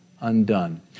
undone